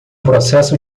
processo